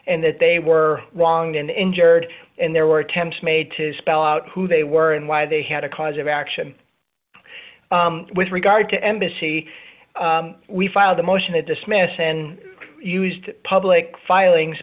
and that they were wrong and injured and there were attempts made to spell out who they were and why they had a cause of action with regard to embassy we filed a motion to dismiss and used public filings